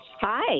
Hi